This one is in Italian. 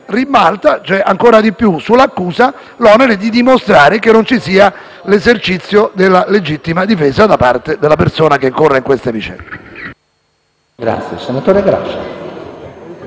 ribalta, ancora di più, sull'accusa l'onere di dimostrare che non ci sia l'esercizio della legittima difesa da parte della persona che incorra in queste vicende.